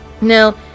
Now